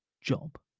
job